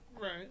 Right